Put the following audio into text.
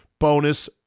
bonus